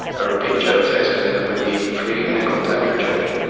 a repeat child sex offender would be free and in contact with your children,